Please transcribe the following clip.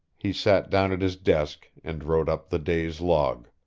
he sat down at his desk and wrote up the day's log.